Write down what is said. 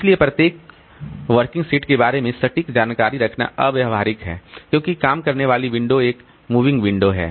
इसलिए प्रत्येक working set के बारे में सटीक जानकारी रखना अव्यावहारिक है क्योंकि काम करने वाली विंडो एक मूविंग विंडो है